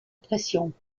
pression